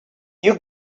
you